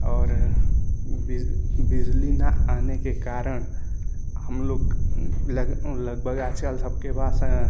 और बिज बिजली न आने के कारण हम लोग लग लगभग आजकल सबके पास